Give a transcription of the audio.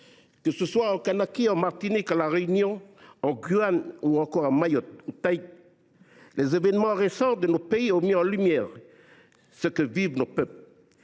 Que ce soit en Kanaky, en Martinique, à La Réunion, en Guyane ou encore à Mayotte, les évènements récents ont mis en lumière ce que vivent nos peuples.